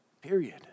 Period